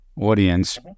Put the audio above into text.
audience